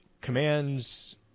Commands